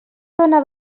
dóna